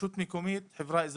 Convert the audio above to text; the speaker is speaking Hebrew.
רשות מקומית, חברה אזרחית.